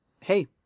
Hey